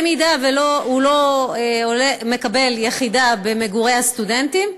אם הוא לא מקבל יחידה במגורי הסטודנטים,